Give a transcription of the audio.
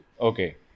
Okay